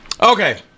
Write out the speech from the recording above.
Okay